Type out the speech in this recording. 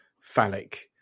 phallic